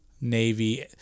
Navy